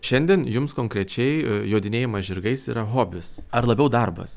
šiandien jums konkrečiai jodinėjimas žirgais yra hobis ar labiau darbas